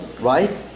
right